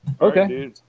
Okay